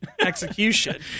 execution